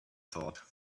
thought